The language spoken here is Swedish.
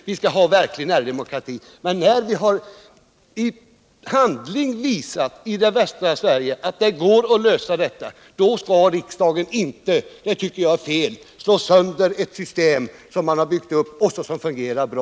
När vi i västra Sverige i handling har visat att denna lösning är möjlig tycker jag att det är fel av riksdagen att slå sönder det system som man har byggt upp och som fungerar bra.